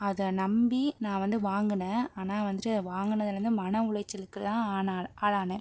அதை நம்பி நான் வந்து வாங்குனேன் ஆனால் வந்துட்டு அதை வாங்கினதுலேருந்து மன உளைச்சலுக்கு தான் ஆன ஆளானே